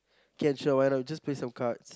can sure why not just play some cards